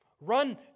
Run